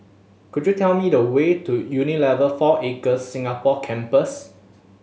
could you tell me the way to Unilever Four Acres Singapore Campus